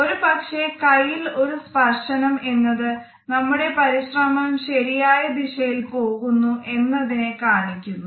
ഒരു പക്ഷെ കയ്യിൽ ഒരു സ്പർശനം എന്നത് നമ്മുടെ പരിശ്രമം ശരിയായ ദിശയിൽ പോകുന്നു എന്നതിനെ കാണിക്കുന്നു